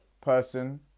person